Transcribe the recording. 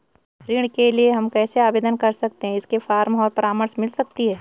ऋण के लिए हम कैसे आवेदन कर सकते हैं इसके फॉर्म और परामर्श मिल सकती है?